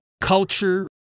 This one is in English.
culture